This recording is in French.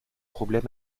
problème